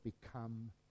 become